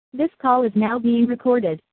this call is now being recorded